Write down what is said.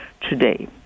today